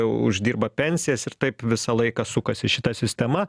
uždirba pensijas ir taip visą laiką sukasi šita sistema